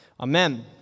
Amen